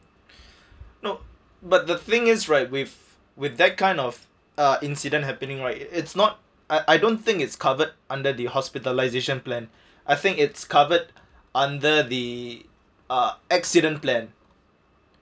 no but the thing is right with with that kind of uh incident happening right it's not uh I don't think it's covered under the hospitalisation plan I think it's covered under the uh accident plan